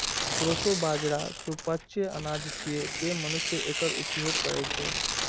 proso बाजारा सुपाच्य अनाज छियै, तें मनुष्य एकर उपभोग करै छै